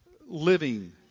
living